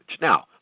Now